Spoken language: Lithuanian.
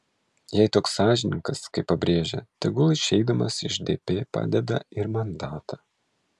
jei toks sąžiningas kaip pabrėžė tegul išeidamas iš dp padeda ir mandatą